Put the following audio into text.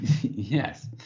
Yes